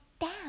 down